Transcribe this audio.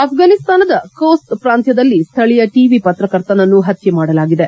ಅಭ್ರಾನಿಸ್ತಾನದ ಮೋಸ್ತ್ ಪಾಂತ್ವದಲ್ಲಿ ಸ್ಥಳೀಯ ಟಿವಿ ಪತ್ರಕರ್ತನನ್ನು ಪತ್ಯೆ ಮಾಡಲಾಗಿದೆ